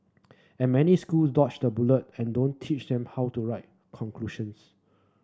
and many school dodge the bullet and don't teach them how to write conclusions